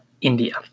India